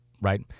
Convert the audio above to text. right